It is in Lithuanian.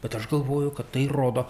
bet aš galvoju kad tai rodo